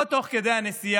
עוד תוך כדי הנסיעה,